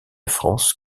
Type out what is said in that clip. france